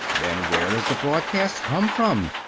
then where does the broadcast come from?